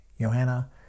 Johanna